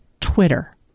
Twitter